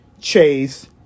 Chase